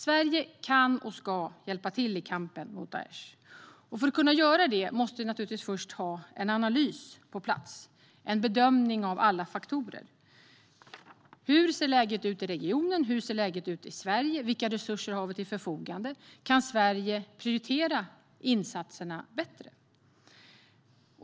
Sverige kan och ska hjälpa till i kampen mot Daish. För att kunna göra det måste vi givetvis först ha en analys på plats, en bedömning av alla faktorer. Hur ser läget ut i regionen? Hur ser läget ut i Sverige? Vilka resurser har vi till vårt förfogande? Kan Sverige prioritera insatserna bättre?